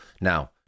Now